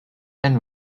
and